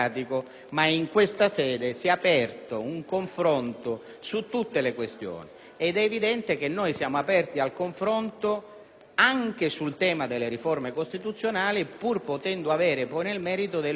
È evidente che noi siamo aperti al confronto anche sul tema delle riforme costituzionali, pur potendo avere nel merito delle opinioni che divergono su alcuni aspetti. Dal nostro punto di vista,